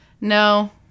No